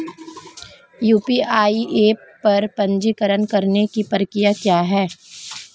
UPI app पर पंजीकरण करने की प्रक्रिया क्या है?